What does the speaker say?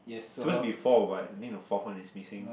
supposed to be four but I think the fourth one is missing